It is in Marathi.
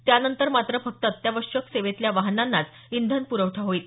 त्यानंतर मात्र फक्त अत्यावश्यक सेवेतल्या वाहनांनाच इंधन पुरवठा होईल